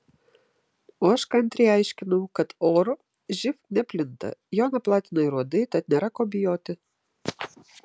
o aš kantriai aiškinau kad oru živ neplinta jo neplatina ir uodai tad nėra ko bijoti